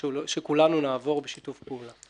שכולנו נעבור בשיתוף פעולה.